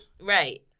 right